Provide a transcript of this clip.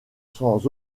sans